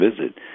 visit